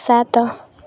ସାତ